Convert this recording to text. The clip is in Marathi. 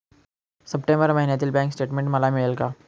सप्टेंबर महिन्यातील बँक स्टेटमेन्ट मला मिळेल का?